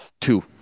Two